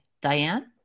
Diane